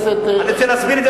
אני רוצה להסביר את זה,